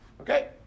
Okay